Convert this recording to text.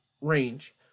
range